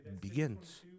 begins